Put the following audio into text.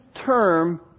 term